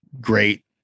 great